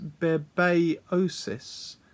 bebeosis